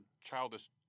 childish